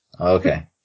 Okay